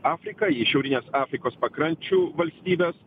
afriką į šiaurinės afrikos pakrančių valstybes